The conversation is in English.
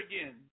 again